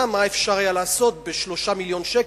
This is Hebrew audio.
מה היה אפשר לעשות ב-3 מיליון שקלים,